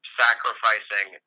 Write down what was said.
sacrificing